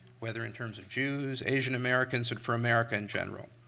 whether in terms of jews, asian americans or for america in general.